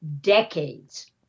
decades